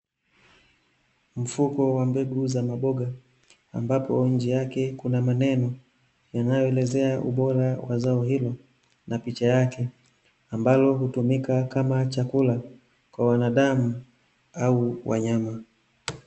Mfuko wa mbegu za maboga , ambapo nje yake kuna maneno, yanayoelezea ubora wa zao hilo, na picha yake, ambalo hutumika kama chakula kwa wanadamu au wanyama.